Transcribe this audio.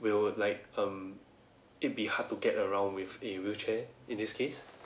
will like um it be hard to get around with a wheelchair in this case